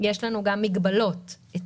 יש לנו גם מגבלות היצע,